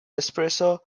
espresso